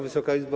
Wysoka Izbo!